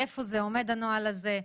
איפה זה עומד הנוהל הזה.